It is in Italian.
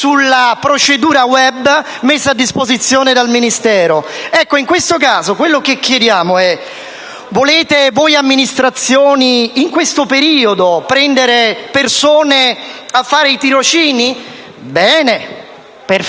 sulla procedura web messa a disposizione dal Ministero. In questo caso, quello che chiediamo e`: volete voi amministrazioni, in questo periodo, prendere persone a fare i tirocini? Bene, perfetto: